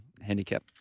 handicap